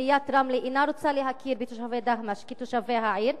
עיריית רמלה אינה רוצה להכיר בתושבים דהמש כתושבי העיר,